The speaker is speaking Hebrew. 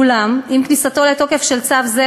אולם עם כניסתו לתוקף של צו זה,